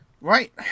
Right